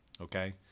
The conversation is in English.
Okay